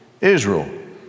Israel